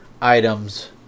items